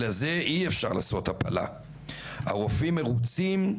לזה אי אפשר לעשות הפלה / הרופאים מרוצים,